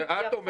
זה את אומרת.